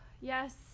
Yes